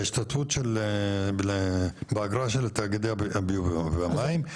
בעיקר באגרה של התאגידי ביוב והמים,